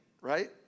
right